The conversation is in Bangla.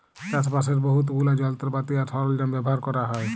চাষবাসের বহুত গুলা যলত্রপাতি আর সরল্জাম ব্যাভার ক্যরা হ্যয়